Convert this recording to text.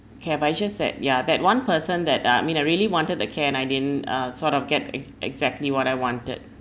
care but it's just that ya that one person that I mean I really wanted the care and I didn't uh sort of get ex~ exactly what I wanted